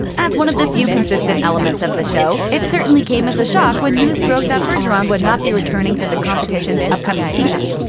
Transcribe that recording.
as one of the few consistent elements of the show, it certainly came as a shock when news broke that bergeron would not be returning for the competition's upcoming season.